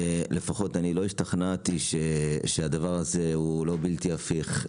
לפחות אני לא השתכנעתי שהדבר הזה הוא לא בלתי הפיך,